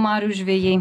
marių žvejai